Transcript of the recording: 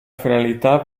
finalità